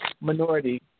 minority